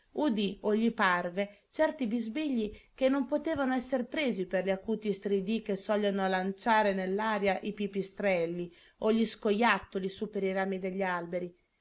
udì o gli parve certi bisbigli che non potevano esser presi per gli acuti stridii che sogliono lanciare nell'aria i pipistrelli o gli scojattoli su per i rami degli alberi